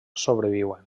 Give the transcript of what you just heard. sobreviuen